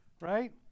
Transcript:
Right